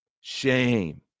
Shame